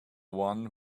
one